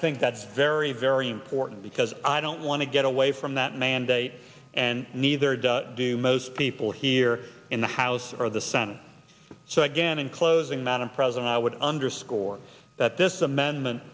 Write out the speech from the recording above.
think that's very very important because i don't want to get away from that mandate and neither does do most people here in the house or the senate so again in closing man a president i would underscore that this amendment